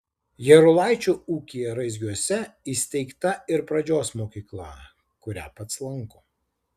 jarulaičio ūkyje raizgiuose įsteigta ir pradžios mokykla kurią pats lanko